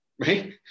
right